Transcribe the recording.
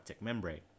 membrane